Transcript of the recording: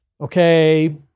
okay